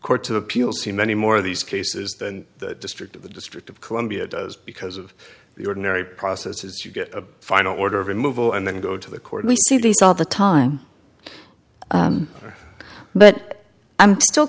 court of appeals to many more of these cases than the district of the district of columbia does because of the ordinary process is to get a final order of removal and then go to the court we see these all the time but i'm still